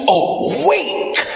awake